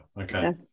Okay